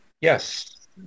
Yes